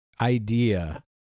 idea